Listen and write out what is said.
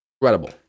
incredible